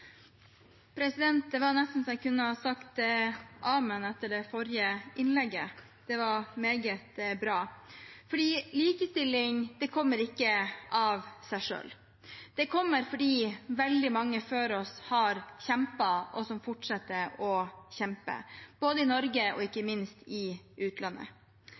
Det er nesten så jeg kunne ha sagt amen etter det forrige innlegget. Det var meget bra. Likestilling kommer ikke av seg selv. Det kommer fordi veldig mange før oss har kjempet, og fortsetter å kjempe, både i Norge og ikke minst i utlandet.